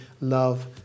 love